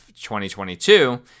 2022